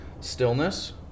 Stillness